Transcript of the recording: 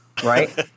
right